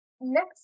next